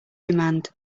demand